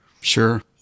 Sure